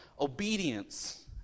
obedience